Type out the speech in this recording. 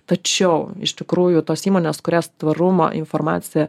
tačiau iš tikrųjų tos įmonės kurias tvarumo informacija